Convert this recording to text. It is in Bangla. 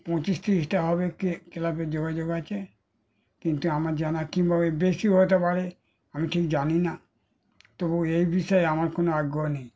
পঁচিশ তিরিশটা হবে কে ক্লাবের যোগাযোগ আছে কিন্তু আমার জানা কিংবা এর বেশিও হতে পারে আমি ঠিক জানি না তবু এই বিষয়ে আমার কোনো আগ্রহ নেই